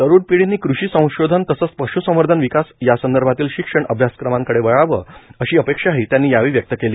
तरुण पिढीने कृषी संशोधन तसेच पश्संवर्धन विकास यासंदर्भातील शिक्षण अभ्यासक्रमाकडे वळावे अशी अपेक्षाही त्यांनी यावेळी व्यक्त केली